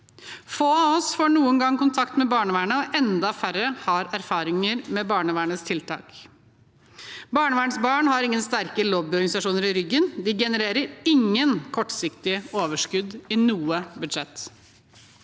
Få av oss er noen gang i kontakt med barnevernet, og enda færre har erfaringer med barnevernets tiltak. Barnevernsbarn har ingen sterke lobbyorganisasjoner i ryggen. De genererer ingen kortsiktige overskudd i noe budsjett.